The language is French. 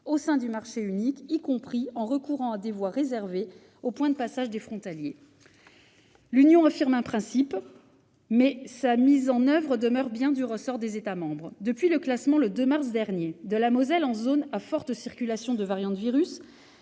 au sein du marché unique, y compris en recourant à des voies réservées aux points de passage frontaliers. » L'Union affirme un principe, mais sa mise en oeuvre demeure bel et bien du ressort des États membres. Depuis le classement, le 2 mars dernier, de la Moselle en zone à forte circulation des variants du virus,